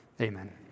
Amen